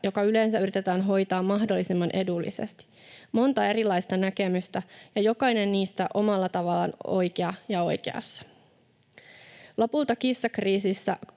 joka yleensä yritetään hoitaa mahdollisimman edullisesti. Monta erilaista näkemystä, ja jokainen niistä omalla tavallaan oikea ja oikeassa. Lopulta kissakriisissä